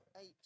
eight